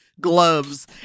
gloves